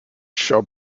shop